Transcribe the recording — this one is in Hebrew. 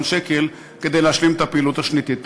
שקל כדי להשלים את הפעילות השנתית.